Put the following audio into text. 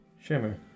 Shimmer